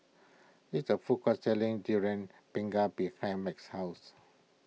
there is a food court selling Durian Pengat behind Max's house